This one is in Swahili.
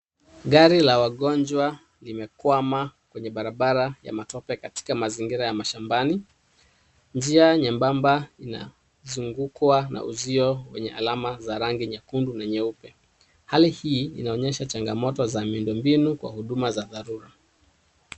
Gari la wagonjwa limekwama kwenye barabara ya matope katika mazingira ya mashambani. Njia nyembamba inazungukwa na uzio wenye alama za rangi nyekundu na nyeupe. Hali hii inaonyesha changamoto za miundombinu kwa huduma za dharura.